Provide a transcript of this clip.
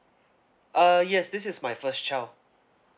uh yes this is my first child